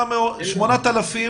על כ-8,000